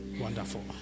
Wonderful